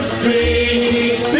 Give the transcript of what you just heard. Street